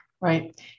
Right